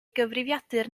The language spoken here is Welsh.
gyfrifiadur